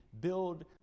build